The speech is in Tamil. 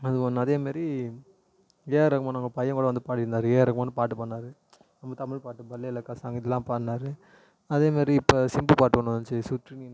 அது ஒன்று அதே மாரி ஏஆர் ரகுமான் அவங்க பையன் கூட வந்து பாடின்னுந்தார் ஏஆர் ரகுமானும் பாட்டு பாடினாறு ஒரு தமிழ் பாட்டு பல்லேலக்கா சாங் இதெல்லாம் பாடினாரு அதே மாதிரி இப்போ சிம்பு பாட்டு ஒன்னு வந்துச்சு சுற்றி நின்று